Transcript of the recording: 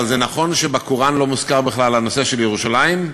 אבל נכון שבקוראן לא מוזכר בכלל הנושא של ירושלים?